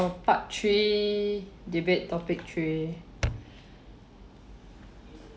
part three debate topic three